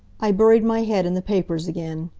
i buried my head in the papers again.